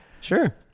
sure